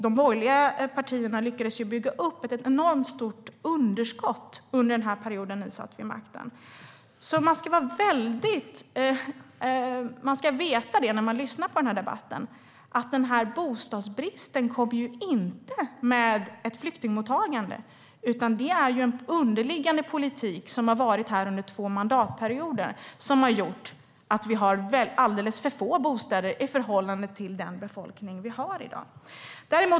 De borgerliga partierna lyckades bygga upp ett enormt stort underskott under den period de satt vid makten. När man lyssnar på den här debatten ska man veta att den här bostadsbristen inte kom i och med ett flyktingmottagande, utan det är en underliggande politik under två mandatperioder som har gjort att vi har alldeles för få bostäder i förhållande till den befolkning vi har i dag.